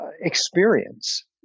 experience